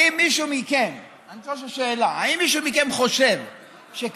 אני רוצה לשאול שאלה: האם מישהו מכם חושב שכאשר